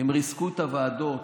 הם ריסקו את הוועדות.